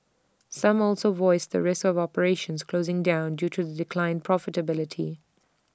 some also voiced the risk of operations closing down due to declined profitability